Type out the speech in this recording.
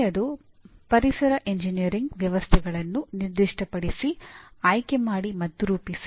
ಕೊನೆಯದು ಪರಿಸರ ಎಂಜಿನಿಯರಿಂಗ್ ವ್ಯವಸ್ಥೆಗಳನ್ನು ನಿರ್ದಿಷ್ಟಪಡಿಸಿ ಆಯ್ಕೆ ಮಾಡಿ ಮತ್ತು ರೂಪಿಸಿ